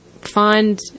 find